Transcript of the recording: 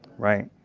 right?